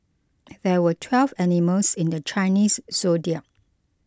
there were twelve animals in the Chinese zodiac